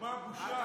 בושה.